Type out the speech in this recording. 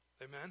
Amen